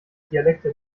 dialekte